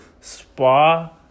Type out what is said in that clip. spa